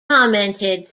commented